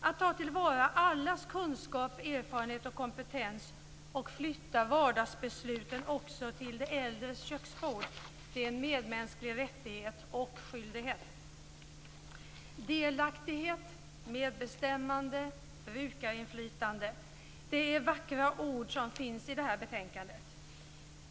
Att allas kunskap, erfarenhet och kompetens tas till vara och att vardagsbesluten flyttas till också de äldres köksbord är en medmänsklig rättighet och skyldighet. Delaktighet, medbestämmande och brukarinflytande är vackra ord som finns i det här betänkandet.